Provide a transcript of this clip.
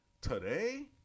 today